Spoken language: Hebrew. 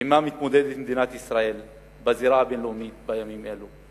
שעמה מתמודדת מדינת ישראל בזירה הבין-לאומית בימים אלה.